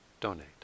donate